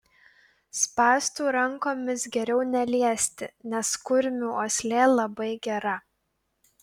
spąstų rankomis geriau neliesti nes kurmių uoslė labai gera